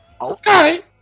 Okay